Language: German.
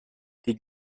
die